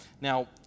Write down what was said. Now